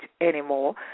anymore